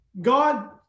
God